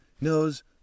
knows